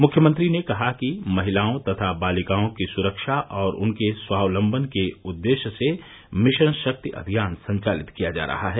मुख्यमंत्री ने कहा कि महिलाओं तथा बालिकाओं की सुरक्षा और उनके स्वावलम्बन के उद्देश्य से मिशन शक्ति अभियान संचालित किया जा रहा है